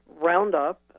Roundup